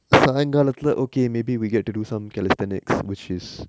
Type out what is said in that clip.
சாய்ங்காலத்துல:saaingaalathula okay maybe we get to do some calisthenics which is